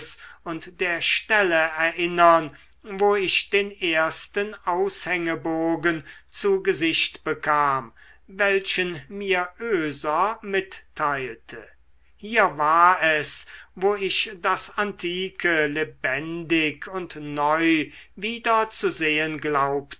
und der stelle erinnern wo ich den ersten aushängebogen zu gesicht bekam welchen mir oeser mitteilte hier war es wo ich das antike lebendig und neu